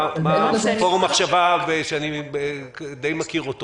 פורום מחשבה שאני די מכיר אותו